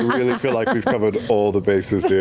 really feel like we've covered all the bases yeah